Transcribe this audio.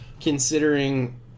considering